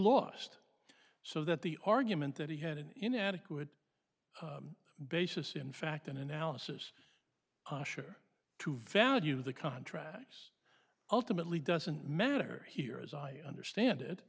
lost so that the argument that he had an inadequate basis in fact and analysis to value the contracts ultimately doesn't matter here as i understand it